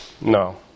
No